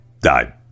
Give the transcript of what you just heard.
died